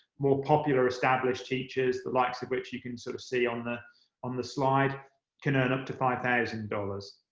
more popular, established teachers the likes of which you can sort of see on the on the slide can earn up to five thousand dollars.